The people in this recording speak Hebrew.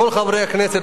כל חברי הכנסת,